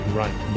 right